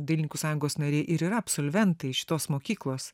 dailininkų sąjungos nariai ir yra absolventai šitos mokyklos